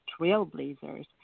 trailblazers